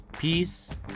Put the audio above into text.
Peace